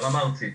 ברמה הארצית,